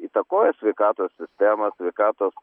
įtakoja sveikatos sistemą sveikatos